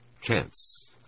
Chance